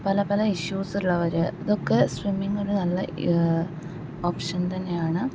പല പല ഇഷ്യൂസ് ഉള്ളവർ ഇതൊക്കെ സ്വിമ്മിങ്ങിന് നല്ല ഓപ്ഷൻ തന്നെയാണ്